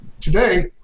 Today